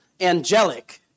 angelic